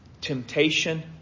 temptation